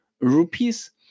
rupees